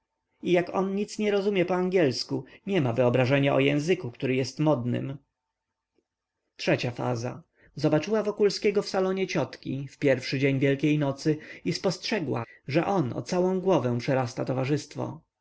i jak on nic nie rozumie po angielsku nie ma wyobrażenia o języku który jest modnym trzecia faza zobaczyła wokulskiego w salonie ciotki w pierwszy dzień wielkiejnocy i spostrzegła że on o całą głowę przerasta towarzystwo